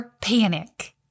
panic